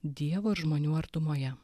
dievo ir žmonių artumoje